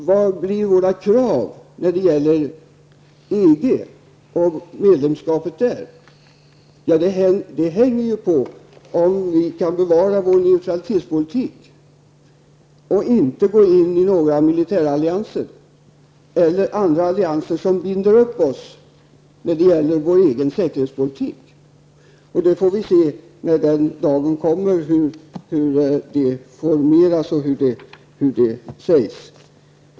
Vilka blir våra krav när det gäller EG och medlemskapet där? Ja, det hänger ju på om vi kan bevara vår neutralitetspolitik och inte gå in i några militärallianser eller andra allianser som binder upp oss när det gäller vår egen säkerhetspolitik. Vi får se, när den dagen kommer, hur det formeras och hur det sägs.